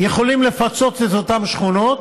יכולים לפצות את אותן שכונות,